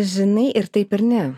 žinai ir taip ir ne